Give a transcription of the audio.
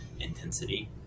intensity